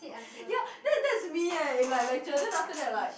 yo that's that's me eh in like lecture then after that like